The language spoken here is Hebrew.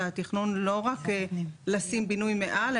זה תכנון לא רק לשים בינוי מעל,